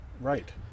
Right